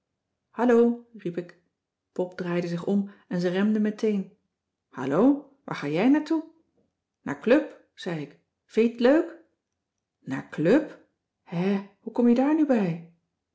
hallo riep ik pop draaide zich om en ze remde meteen hallo waar ga jij naar toe naar club zei ik vin je t leuk naar club hè hoe kom je daar nu bij